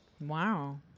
Wow